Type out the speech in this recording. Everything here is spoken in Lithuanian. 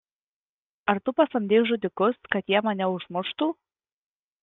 ar tu pasamdei žudikus kad jie mane užmuštų